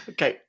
Okay